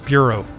Bureau